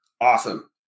Awesome